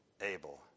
Abel